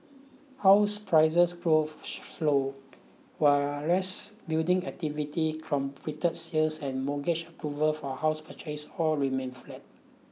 house prices growth slowed while rest building activity completed sales and mortgage approvals for house purchase all remained flat